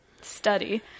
study